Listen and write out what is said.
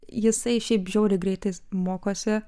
jisai šiaip žiauriai greitai mokosi